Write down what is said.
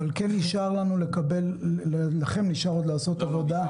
אבל לכם נשאר עוד לעשות עבודה.